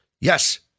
Yes